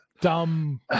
dumb